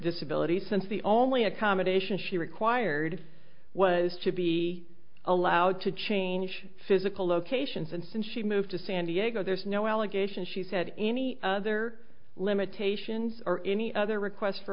disability since the only accommodation she required was to be allowed to change physical locations and since she moved to san diego there's no allegation she said any other limitations or any other requests for